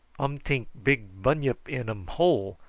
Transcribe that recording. um tink big bunyip in um hole,